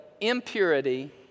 impurity